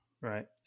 Right